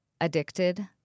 addicted